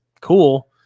cool